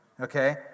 okay